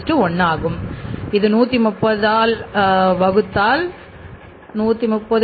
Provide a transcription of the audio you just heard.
19 1 ஆகும் இது 130 வகுத்தல் என்று கூறப்படும்